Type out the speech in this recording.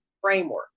framework